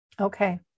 Okay